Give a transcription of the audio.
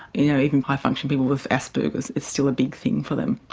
you know even high functioning people with asperger's it's still a big thing for them.